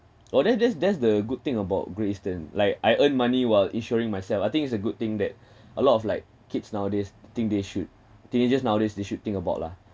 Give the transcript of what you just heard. oh that's that's that's the good thing about Great Eastern like I earn money while insuring myself I think it's a good thing that a lot of like kids nowadays I think they should teenagers nowadays they should think about lah